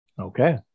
Okay